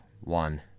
one